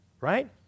right